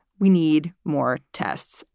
we need more tests.